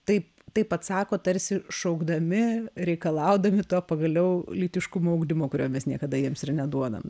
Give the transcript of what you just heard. taip taip atsako tarsi šaukdami reikalaudami to pagaliau lytiškumo ugdymo kurio mes niekada jiems ir neduodam